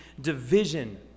division